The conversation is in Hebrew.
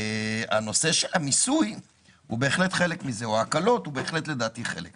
הנושא של המיסוי או ההקלות הוא בהחלט לדעתי חלק מזה.